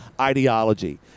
ideology